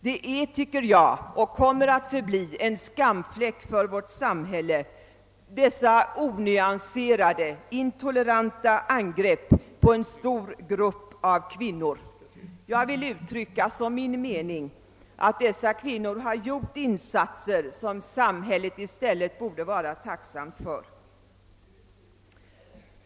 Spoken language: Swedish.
Jag tycker att dessa onyanserade, intoleranta angrepp på en stor grupp av kvinnor är och kommer att förbli en skamfläck för vårt samhälle. Jag vill utrycka som min mening att dessa kvinnor har gjort insatser som samhället i stället borde vara tacksamt för.